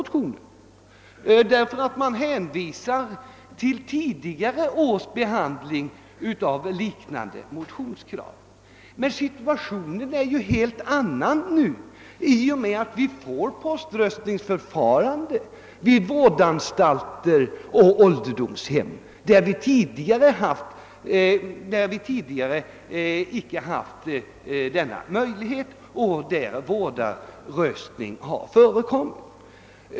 Utskottet hänvisar nämligen till tidigare års behandling av liknande motionskrav, men situationen är ju en helt annan nu i och med att vi får poströstningsförfarande vid vårdanstalter och ålderdomshem där denna möjlighet tidigare icke förelegat utan endast ombudsröstning förekommit.